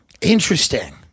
interesting